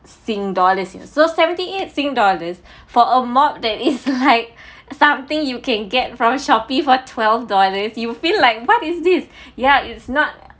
sing dollars so seventy eight sing dollars for a mop that is like something you can get from Shopee for twelve dollars you feel like what is this ya it's not